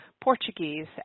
Portuguese